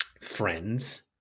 friends